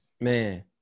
man